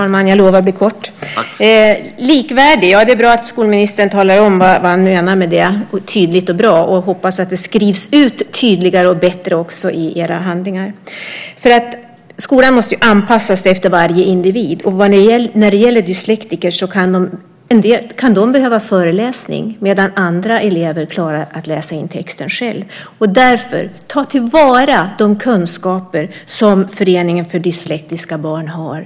Herr talman! Likvärdig - det är bra att skolministern talar om vad han menar med det, och tydligt och bra. Jag hoppas att det skrivs ut tydligare och bättre också i era handlingar. Skolan måste ju anpassas efter varje individ. Dyslektiker kan behöva föreläsning, medan andra elever klarar att läsa in texten själv. Därför: Ta till vara de kunskaper som föreningen för dyslektiska barn har!